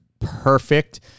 perfect